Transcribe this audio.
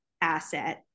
asset